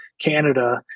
Canada